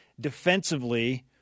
defensively